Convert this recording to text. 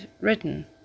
written